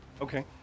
Okay